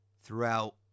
throughout